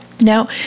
Now